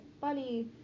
funny